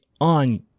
on